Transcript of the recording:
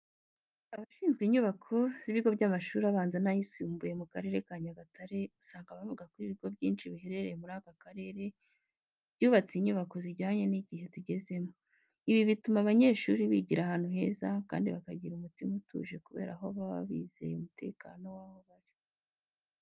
Abashinzwe inyubako z'ibigo by'amashuri abanza n'ayisumbuye mu Karere ka Nyagatare usanga bavuga ko ibigo byinshi biherereye muri aka karere byubatse inyubako zijyanye n'igihe tugezemo. Ibi bituma abanyeshuri bigira ahantu heza kandi bakigana umutima utuje kubera ko baba bizeye umutekano w'aho bari.